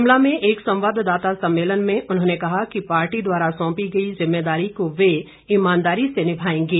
शिमला में एक संवाददाता सम्मेलन में उन्होंने कहा कि पार्टी द्वारा सौंपी गई जिम्मेदारी को वे ईमानदारी से निभाएंगे